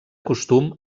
costum